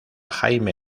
jaime